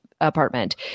apartment